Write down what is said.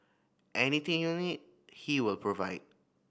anything you need he will provide